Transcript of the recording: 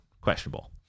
questionable